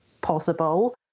possible